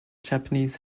japanese